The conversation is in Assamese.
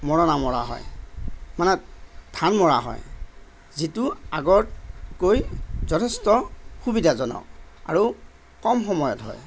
মৰণা মৰা হয় মানে ধান মৰা হয় যিটো আগতকৈ যথেষ্ট সুবিধাজনক আৰু কম সময়ত হয়